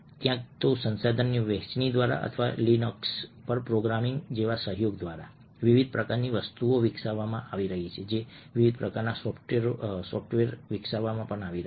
ક્યાં તો સંસાધનોની વહેંચણી દ્વારા અથવા લીનક્સ પર પ્રોગ્રામિંગ જેવા સહયોગ દ્વારા વિવિધ પ્રકારની વસ્તુઓ વિકસાવવામાં આવી રહી છે વિવિધ પ્રકારના સોફ્ટવેર વિકસાવવામાં આવી રહ્યાં છે